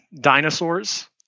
dinosaurs